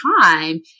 time